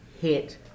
hit